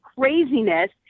craziness